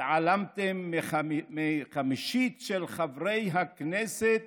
התעלמתם מחמישית חברי הכנסת